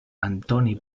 antoni